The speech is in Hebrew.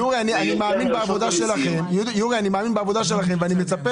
יורי, אני מאמין בעבודה שלכם, ואני בטוח